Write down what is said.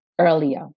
earlier